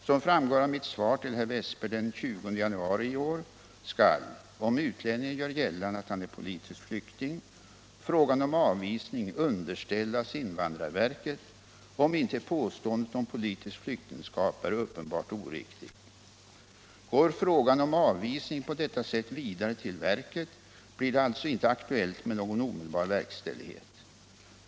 Som framgår av mitt svar till herr Wästberg den 20 januari i år skall - om utlänningen gör gällande att han är politisk flykting — frågan om avvisning underställas invandrarverket, om inte påståendet om politiskt flyktingskap är uppenbart oriktigt. Går frågan om avvisning på detta sätt vidare till verket, blir det alltså inte aktuellt med någon omedelbar verkställighet.